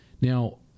Now